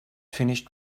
finished